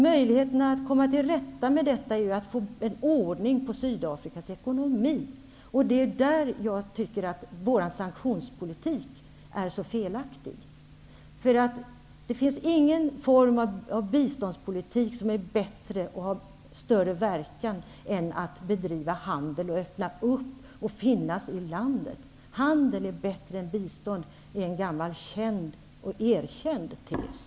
Möjligheterna att komma till rätta med detta kan man erhålla genom att få ordning på Sydafrikas ekonomi. Det är på den grunden som jag tycker att vår sanktionspolitik är så felaktig. Det finns ingen form av biståndspolitik som är bättre och som har större verkan än att bedriva handel, att öppna sig mot och finnas i landet. ''Handel är bättre än bistånd'' är en gammal känd och erkänd devis.